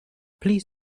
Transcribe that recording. please